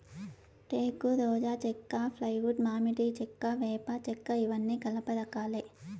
టేకు, రోజా చెక్క, ఫ్లైవుడ్, మామిడి చెక్క, వేప చెక్కఇవన్నీ కలప రకాలే